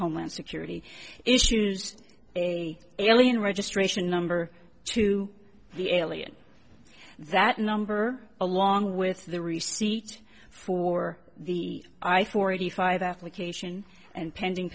homeland security issues a alien registration number two the alien that number along with the receipt for the i forty five application and pending